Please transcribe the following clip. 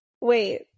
Wait